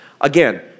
Again